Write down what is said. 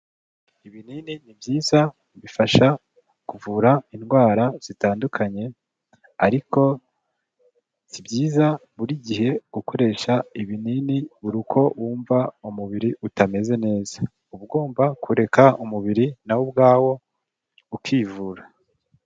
Ibinini ni byiza bifasha kuvura indwara zitandukanye, ariko si byiza buri gihe gukoresha ibinini buri uko wumva umubiri utameze neza, uba ugomba kureka umubiri na wo ubwawo ukivura.